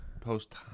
Post